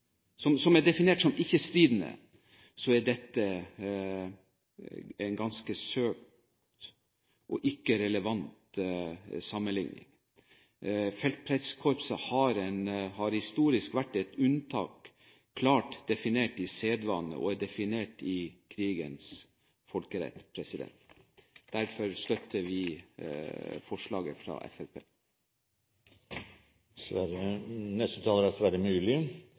er en ganske søkt og ikke relevant sammenligning. Feltprestkorpset har historisk vært et unntak klart definert i sedvane, og er definert i krigens folkerett. Derfor støtter vi forslaget fra Fremskrittspartiet. Til siste taler